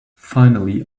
finally